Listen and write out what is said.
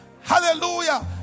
Hallelujah